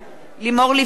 לימור לבנת,